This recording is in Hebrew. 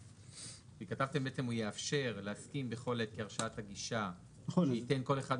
כי כתבתם שהוא יאפשר להסכים בכל עת כי הרשאת הגישה ייתן וכולי,